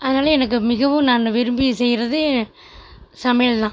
அதனாலே எனக்கு மிகவும் நான் விரும்பி செய்யறது சமையல் தான்